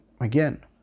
again